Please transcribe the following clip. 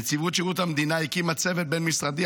נציבות שירות המדינה הקימה צוות בין-משרדי,